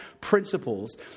principles